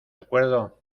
acuerdo